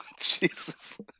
Jesus